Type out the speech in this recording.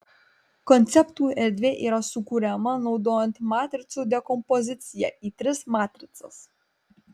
konceptų erdvė yra sukuriama naudojant matricų dekompoziciją į tris matricas